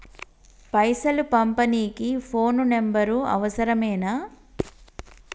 పైసలు పంపనీకి phone number అవసరమేనా?